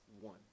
One